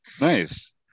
Nice